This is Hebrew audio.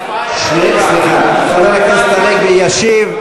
חבר הכנסת הנגבי ישיב.